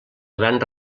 gran